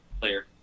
player